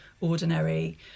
ordinary